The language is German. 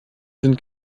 sind